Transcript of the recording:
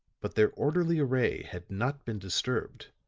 but their orderly array had not been disturbed.